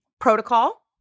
protocol